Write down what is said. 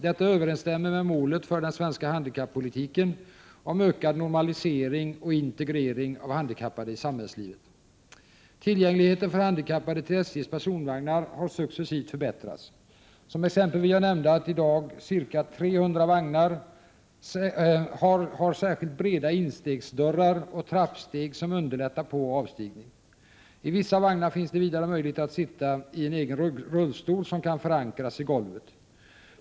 Detta överensstämmer med målet för den svenska handikappolitiken om ökad normalisering och integrering av handikappade i samhällslivet. Tillgängligheten för handikappade till SJ:s personvagnar har successivt förbättrats. Som exempel vill jag nämna att ca 300 vagnar i dag har särskilt breda instegsdörrar och trappsteg som underlättar påoch avstigning. I vissa vagnar finns det vidare möjlighet att sitta i egen rullstol, som kan förankras i golvet.